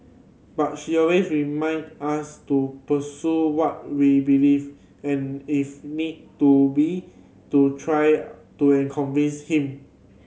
but she always reminded us to pursue what we believed and if need to be to try to convince him